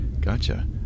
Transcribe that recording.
Gotcha